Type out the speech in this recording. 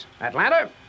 Atlanta